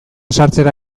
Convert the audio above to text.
sartzera